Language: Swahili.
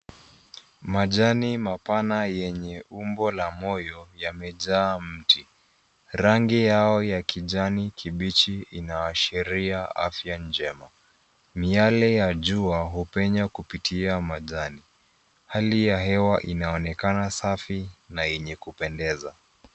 Majani mapana yenye umbo la moyo yamejaa mti rangi yao ya kijani kibichi inaashiria afya njema miale ya jua hupenya kupitia majani hali ya hewa inaonekana safi na yenye kupendeza.